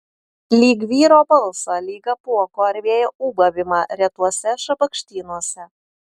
lyg vyro balsą lyg apuoko ar vėjo ūbavimą retuose šabakštynuose